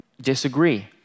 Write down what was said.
disagree